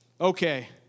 okay